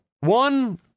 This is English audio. one